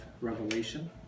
revelation